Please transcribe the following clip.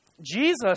Jesus